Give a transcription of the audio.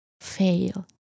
fail